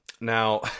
now